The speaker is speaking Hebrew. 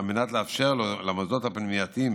על מנת לאפשר למוסדות הפנימייתיים